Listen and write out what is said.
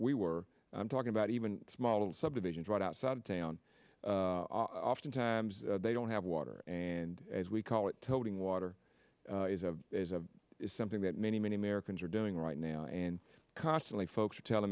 we were talking about even small subdivisions right outside of town oftentimes they don't have water and as we call it toting water is something that many many americans are doing right now and constantly folks are telling